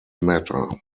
matter